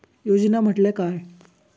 योजना म्हटल्या काय?